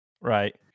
Right